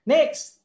Next